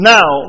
Now